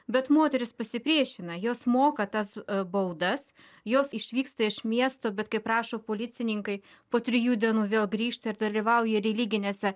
bet moterys pasipriešina jos moka tas baudas jos išvyksta iš miesto bet kaip rašo policininkai po trijų dienų vėl grįžta ir dalyvauja religinėse